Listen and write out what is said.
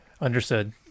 Understood